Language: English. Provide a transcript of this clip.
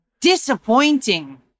disappointing